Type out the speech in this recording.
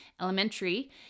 elementary